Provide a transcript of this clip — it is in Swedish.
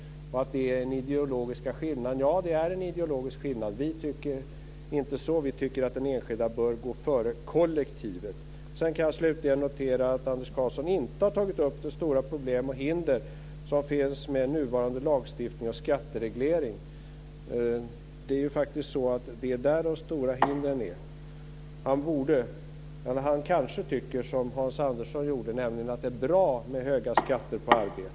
Det är den ideologiska skillnaden. Ja, det är en ideologisk skillnad. Vi tycker inte så. Vi tycker att den enskilde bör gå före kollektivet. Slutligen noterar jag att Anders Karlsson inte har tagit upp de stora problem och hinder som finns med nuvarande lagstiftning och skattereglering. Det är där de stora hindren är. Han kanske tycker som Hans Andersson gjorde, nämligen att det är bra med höga skatter på arbete.